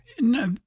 No